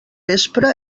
vespre